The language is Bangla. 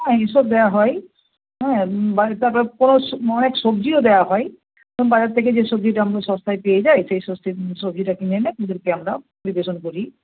হ্যাঁ এইসব দেওয়া হয় হ্যাঁ তারপর কোনো অনেক সবজিও দেওয়া হয় বাইরে থেকে যে সবজিটা আমরা সস্তায় পেয়ে যাই সেই সবজিটা কিনে এনে এদেরকে আমরা পরিবেশন করি